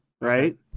right